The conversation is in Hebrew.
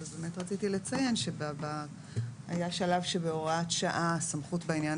אבל רציתי לציין שהיה שלב שבהוראת שעה הסמכות בעניין